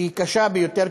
שהיא קשה ביותר,